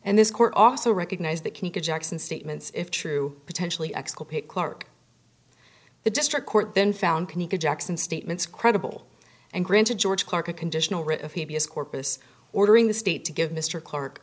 and this court also recognized that he could jackson statements if true potentially exculpate clark the district court then found can he could jackson statements credible and granted george clark a conditional refuse corpus ordering the state to give mr clark